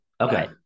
Okay